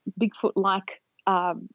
Bigfoot-like